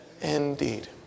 indeed